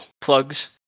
plugs